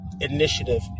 initiative